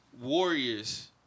Warriors